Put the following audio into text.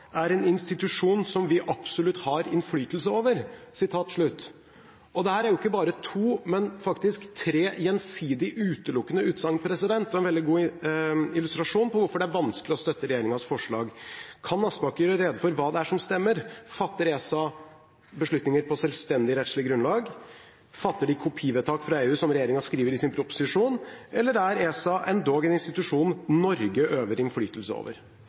er en institusjon som vi absolutt har innflytelse over.» Dette er ikke bare to, men faktisk tre gjensidig utelukkende utsagn og en veldig god illustrasjon på hvorfor det er vanskelig å støtte regjeringens forslag. Kan Aspaker redegjøre for hva det er som stemmer? Fatter ESA beslutninger på selvstendig rettslig grunnlag? Fatter de kopivedtak fra EU, som regjeringen skriver i sin proposisjon, eller er ESA en institusjon Norge øver innflytelse over?